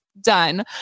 done